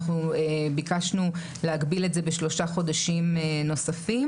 אנחנו ביקשנו להגביל את זה בשלושה חודשים נוספים